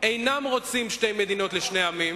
אינם רוצים שתי מדינות לשני עמים.